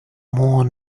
more